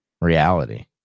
reality